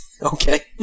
Okay